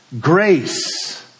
Grace